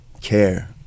care